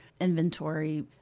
inventory